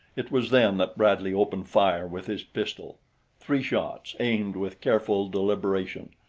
it was then that bradley opened fire with his pistol three shots, aimed with careful deliberation,